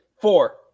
Four